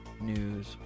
news